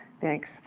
Thanks